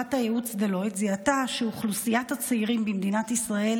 שחברת הייעוץ Deloitte זיהתה שאוכלוסיית הצעירים במדינת ישראל